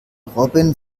robin